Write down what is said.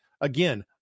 Again